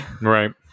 Right